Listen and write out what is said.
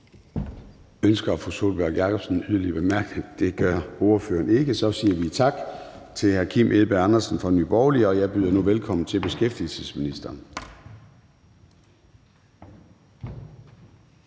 Ønsker fru Sólbjørg Jakobsen yderligere en kort bemærkning? Det gør hun ikke. Så siger vi tak til hr. Kim Edberg Andersen fra Nye Borgerlige. Og jeg byder nu velkommen til beskæftigelsesministeren.